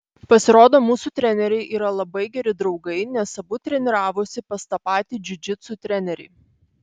pasirodo mūsų treneriai yra labai geri draugai nes abu treniravosi pas tą patį džiudžitsu trenerį